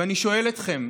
ואני שואל אתכם: